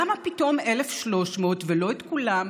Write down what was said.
למה פתאום 1,300 ולא את כולם?